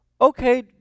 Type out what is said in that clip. okay